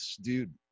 dude